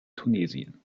tunesien